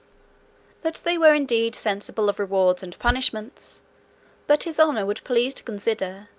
that they were indeed sensible of rewards and punishments but his honour would please to consider,